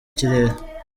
kirere